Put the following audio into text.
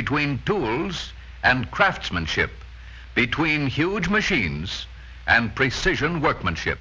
between tools and craftsmanship between huge machines and precision workmanship